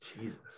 Jesus